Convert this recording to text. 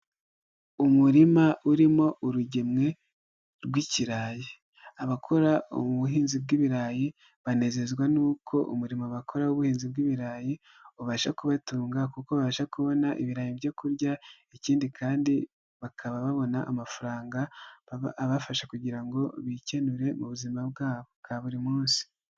Umurima urimo urugemwe rw'ikirayi, abakora ubu ubuhinzi bw'ibirayi banezezwa n'uko umurimo bakora w'ubuhinzi bw'ibirayi ubasha kubatunga kuko babasha kubona ibirayi byo kurya ikindi kandi bakaba babona amafaranga abafasha kugira ngo bikenure mu buzima bwabo bwa buri munsi.